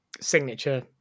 signature